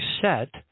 set